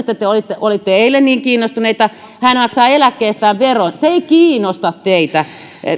mistä te olitte olitte eilen niin kiinnostuneita hän maksaa eläkkeestään veron se ei kiinnosta teitä